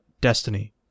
Destiny